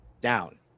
down